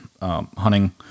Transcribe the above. Hunting